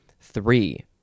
three